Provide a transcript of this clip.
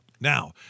Now